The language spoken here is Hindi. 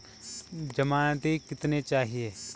ज़मानती कितने चाहिये?